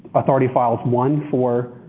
authority files one, four,